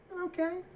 okay